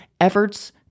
efforts